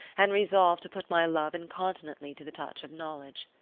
and resolved to put my love incontinently to the touch of knowledge.